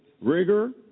rigor